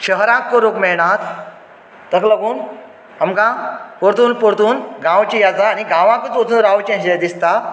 शहरांक करूंक मेळनात ताका लागून आमकां परतून परतून गांवची याद जाता आनी गांवांतूच वचून रावचें अशें दिसता